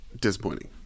disappointing